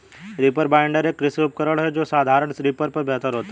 reaper binder, एक कृषि उपकरण है जो साधारण रीपर पर बेहतर होता है